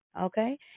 okay